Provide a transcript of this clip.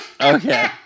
okay